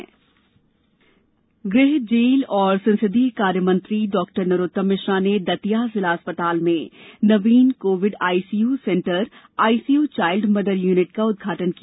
Mishra Covid गृह jail और संसदीय कार्य मंत्री डॉक्टर नरोत्तम मिश्रा ने दतिया जिला अस्पताल में नवीन Covid ICU centre ICU child mother unit का उद्घटान किया